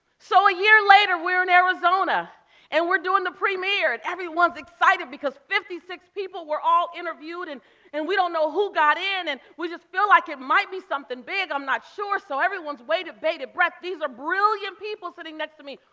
so a year later, we're in arizona and we're doing the premier. and everyone's excited because fifty six people were all interviewed and and we don't know who got in and we just feel like it might be something big. i'm not sure. so everyone's waited bated breath. these are brilliant people sitting next to me.